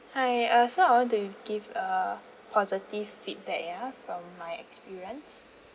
hi uh so I want to give a positive feedback ya from my experience